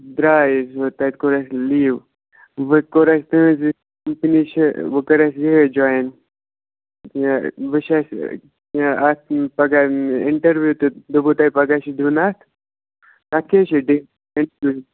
درٛاے أسۍ وۅنۍ تَتہِ کوٚر اَسہِ لیٖو وۅنۍ کوٚر اَسہِ تُہٕنٛز یہِ کَمپٔنی چھِ وۅنۍ کٔر اَسہِ یِہَے جوایِن یہِ وۅنۍ چھِ اَسہِ اَتھ پَگاہ اِنٹَروِیو تہِ دوٚپوٕ تۄہہِ پگاہ چھُ دیُن اَتھ تَتھ کیٛاہ چھُ ڈ ڈیٹ